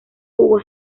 hugo